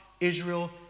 Israel